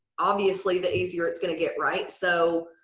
obviously, the easier it's gonna get, right? so,